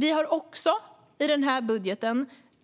Vi har också i denna budget